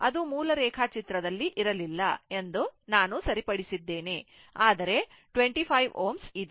ಅದು ಮೂಲ ರೇಖಾಚಿತ್ರದಲ್ಲಿ ಇರಲಿಲ್ಲ ಎಂದು ನಾನು ಸರಿಪಡಿಸಿದ್ದೇನೆ ಆದರೆ 25 Ω ಇದೆ